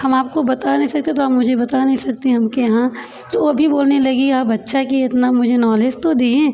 हम आपको बता नहीं सकते तो आप मुझे बता नहीं सकती हम कहें हाँ तो ओ भी बोलने लगी आप अच्छा किए इतना मुझे नॉलेज तो दिए